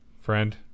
friend